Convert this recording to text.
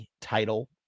title